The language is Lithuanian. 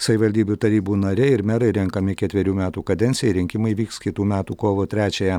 savivaldybių tarybų nariai ir merai renkami ketverių metų kadencijai rinkimai vyks kitų metų kovo trečiąją